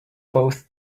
both